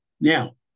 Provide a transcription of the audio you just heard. now